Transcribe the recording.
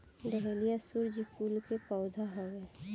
dahlia सूर्यकुल के पौधा हवे